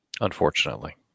Unfortunately